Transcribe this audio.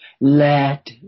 let